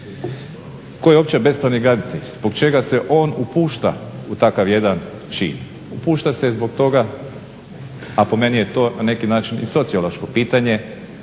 Tko je uopće bespravni graditelj? Zbog čega se on upušta u takav jedan čin? Upušta se zbog toga, a po meni je to na neki način i sociološko pitanje,